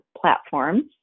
platforms